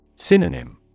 Synonym